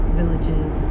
villages